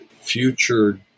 future